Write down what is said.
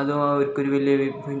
അതും അവർക്കൊരു വലിയ ഒരു